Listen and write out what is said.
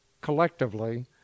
collectively